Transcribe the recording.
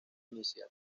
inicial